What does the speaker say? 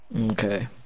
Okay